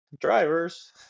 drivers